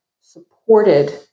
supported